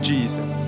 Jesus